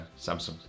Samsung